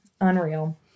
Unreal